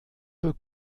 peu